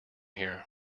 here